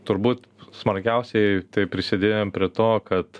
turbūt smarkiausiai tai prisidėjom prie to kad